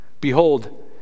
Behold